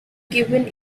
given